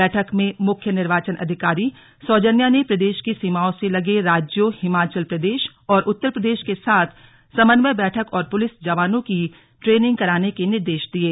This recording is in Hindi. बैठक में मुख्य निर्वाचन अधिकारी सौजन्या ने प्रदेश की सीमाओं से लगे राज्यों हिमाचल प्रदेश और उत्तर प्रदेश के साथ समन्वय बैठक और पुलिस जवानों की ट्रेनिंग कराने के निर्देश दिये